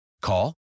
Call